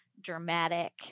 Dramatic